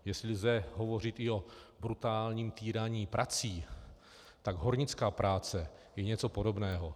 Jestli lze hovořit i o brutálním týraní prací, tak hornická práce je něco podobného.